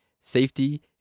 safety